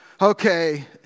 okay